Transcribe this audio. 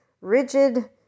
rigid